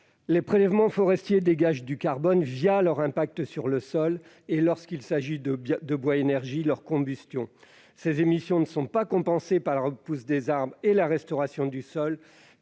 les prélèvements forestiers dégagent du carbone leur impact sur le sol et, lorsqu'il s'agit de bois énergie, leur combustion. Ces émissions ne sont compensées par la repousse des arbres et la restauration du sol